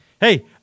Hey